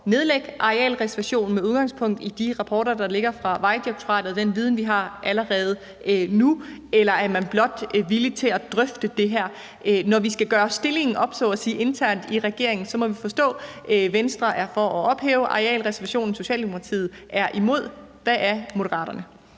nedlægge arealreservationen med udgangspunkt i de rapporter, der ligger fra Vejdirektoratet, og den viden, vi har allerede nu? Eller er man blot villig til at drøfte det her? Når vi så at sige skal gøre stillingen op internt i regeringen, må vi forstå, at Venstre er for at ophæve arealreservationen og Socialdemokratiet er imod. Hvad er Moderaterne?